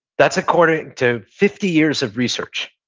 that's according to fifty years of research.